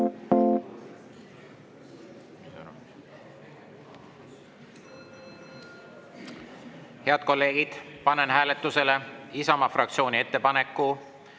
Head kolleegid, panen hääletusele Isamaa fraktsiooni ettepaneku